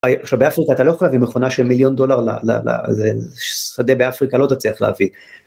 עכשיו באפריקה אתה לא יכול להביא מכונה של מיליון דולר לשדה באפריקה, לא תצליח להביא.